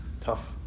tough